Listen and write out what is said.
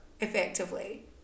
effectively